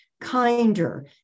kinder